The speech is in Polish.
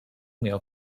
miał